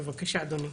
בבקשה אדוני.